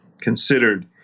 considered